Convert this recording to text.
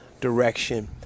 direction